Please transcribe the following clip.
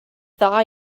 dda